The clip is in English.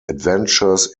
adventures